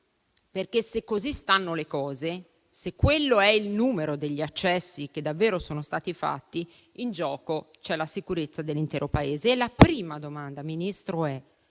più. Se così stanno le cose, se quello è il numero degli accessi che davvero sono stati fatti, in gioco c'è la sicurezza dell'intero Paese. Signor Ministro, la